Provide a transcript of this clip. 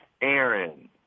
Aaron